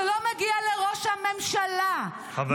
שלא מגיע לראש הממשלה -- כי הוא מסווג,